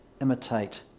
imitate